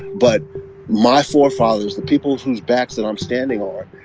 but my forefathers, the people whose backs that i'm standing on,